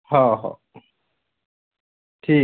हो हो ठी